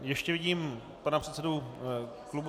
Ještě vidím pana předsedu klubu...